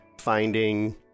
finding